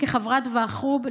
כחברת ועדת חו"ב,